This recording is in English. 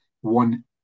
One